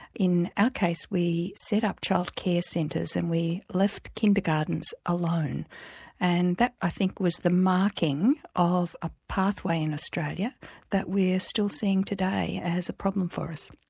in our case we set up childcare centres and we left kindergartens and that i think was the marking of a pathway in australia that we're still seeing today as a problem for us.